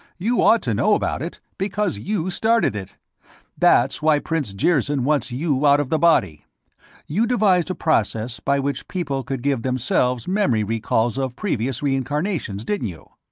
you ought to know about it, because you started it that's why prince jirzyn wants you out of the body you devised a process by which people could give themselves memory-recalls of previous reincarnations, didn't you?